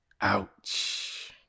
Ouch